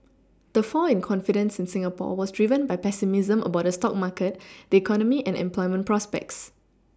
the fall in confidence in Singapore was driven by pessimism about the stock market the economy and employment prospects